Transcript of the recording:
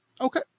Okay